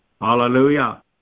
Hallelujah